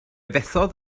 fethodd